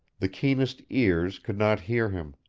the keenest ears could not hear him